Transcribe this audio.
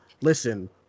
listen